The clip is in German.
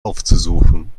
aufzusuchen